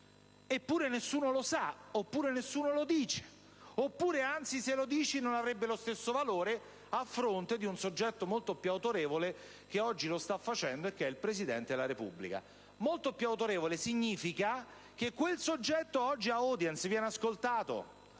eppure nessuno lo sa, oppure nessuno lo dice. Anche se se ne parlasse, comunque, non avrebbe lo stesso valore, a fronte di un soggetto molto più autorevole che oggi lo sta facendo, e che è il Presidente della Repubblica. Molto più autorevole significa che quel soggetto ha oggi un'*audience*, viene ascoltato: